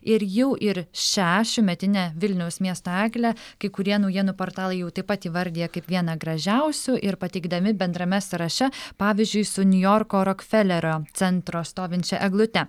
ir jau ir šią šiųmetinę vilniaus miesto eglę kai kurie naujienų portalai jau taip pat įvardija kaip vieną gražiausių ir pateikdami bendrame sąraše pavyzdžiui su niujorko rokfelerio centro stovinčia eglute